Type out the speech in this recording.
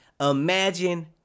Imagine